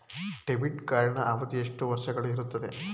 Debit ಕಾರ್ಡಿನ ಅವಧಿ ಎಷ್ಟು ವರ್ಷಗಳು ಇರುತ್ತದೆ?